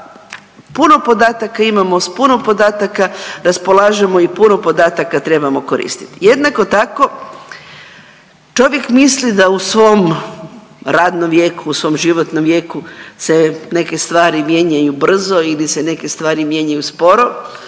puno podataka imamo, s puno podataka raspolažemo i puno podataka trebamo koristit. Jednako tako čovjek misli da u svom radnom vijeku, u svom životnom vijeku se neke stvari mijenjaju brzo ili se neke stvari mijenjaju sporo.